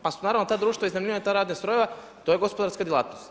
Pa su naravno ta društva iznajmljivale ta radne strojeve, to je gospodarska djelatnost.